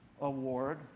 Award